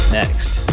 next